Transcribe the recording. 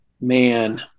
man